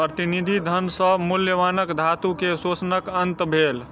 प्रतिनिधि धन सॅ मूल्यवान धातु के शोषणक अंत भेल